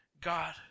God